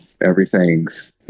everything's